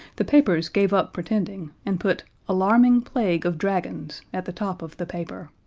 the papers gave up pretending and put alarming plague of dragons at the top of the paper.